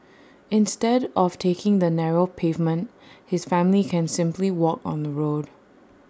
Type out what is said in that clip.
instead of taking the narrow pavement his family can simply walk on the road